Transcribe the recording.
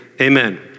amen